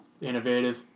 innovative